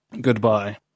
Goodbye